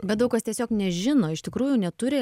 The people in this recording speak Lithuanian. bet daug kas tiesiog nežino iš tikrųjų neturi